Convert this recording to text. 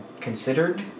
considered